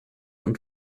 und